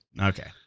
Okay